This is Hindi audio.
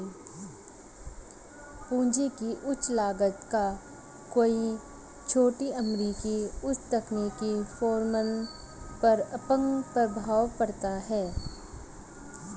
पूंजी की उच्च लागत का कई छोटी अमेरिकी उच्च तकनीकी फर्मों पर अपंग प्रभाव पड़ता है